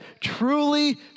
truly